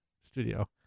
studio